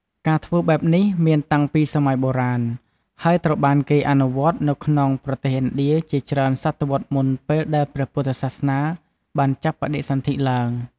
ការធ្វើបែបនេះមានតាំងពីសម័យបុរាណ ហើយត្រូវបានគេអនុវត្តនៅក្នុងប្រទេសឥណ្ឌាជាច្រើនសតវត្សរ៍មុនពេលដែលព្រះពុទ្ធសាសនាបានចាប់បដិសន្ធិឡើង។